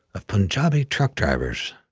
of punjabi truck drivers.